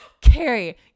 Carrie